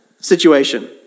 situation